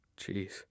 Jeez